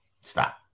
Stop